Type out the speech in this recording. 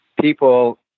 people